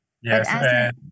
Yes